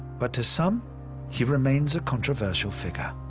but to some he remains a controversial figure.